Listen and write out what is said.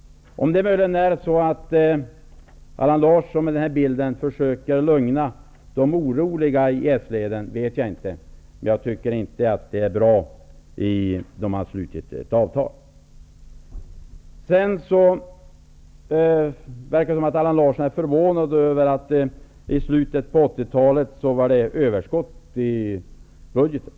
Om det är så att Allan Larsson genom att spridda dessa vrångbilder försöker lugna de oroliga i sleden, vet jag inte, men jag tycker inte att det är bra att man handlar så när man har slutit ett avtal. Det verkar som om Allan Larsson är förvånad över att det i slutet på 80-talet var ett överskott i budgeten.